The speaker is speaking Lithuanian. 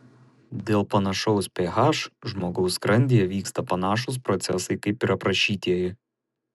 dėl panašaus ph žmogaus skrandyje vyksta panašūs procesai kaip ir aprašytieji